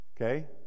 Okay